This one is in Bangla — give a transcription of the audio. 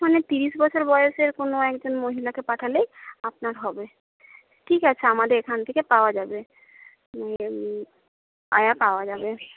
মানে তিরিশ বছর বয়সের কোনো একজন মহিলাকে পাঠালেই আপনার হবে ঠিক আছে আমাদের এখান থেকে পাওয়া যাবে আয়া পাওয়া যাবে